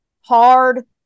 hard